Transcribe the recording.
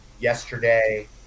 yesterday